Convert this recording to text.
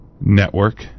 network